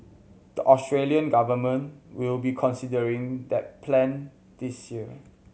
the Australian government will be considering that plan this year